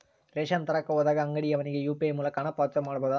Ration ತರಕ ಹೋದಾಗ ಅಂಗಡಿಯವನಿಗೆ ಯು.ಪಿ.ಐ ಮೂಲಕ ಹಣ ಪಾವತಿ ಮಾಡಬಹುದಾ?